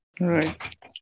right